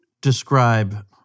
describe